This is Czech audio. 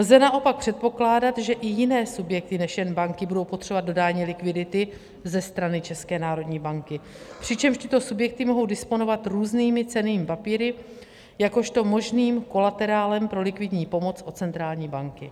Lze naopak předpokládat, že i jiné subjekty než jen banky budou potřebovat dodání likvidity ze strany České národní banky, přičemž tyto subjekty mohou disponovat různými cennými papíry jakožto možným kolaterálem pro likvidní pomoc od centrální banky.